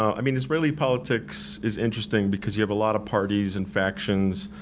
i mean israeli politics is interesting, because you have a lot of parties and factions.